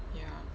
ya